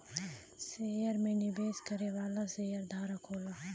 share में निवेश करे वाला शेयरधारक होला